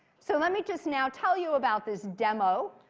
so let me just now tell you about this demo.